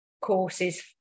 courses